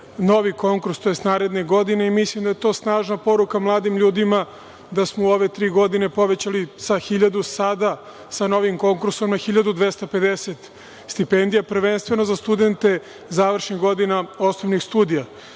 novi konkurs, tj. naredne godine. Mislim da je to snažna poruka mladim ljudima, da smo u ove tri godine povećali sa 1000 sada sa novim konkursom na 1250 stipendija, prvenstveno za studente završnih godina osnovnih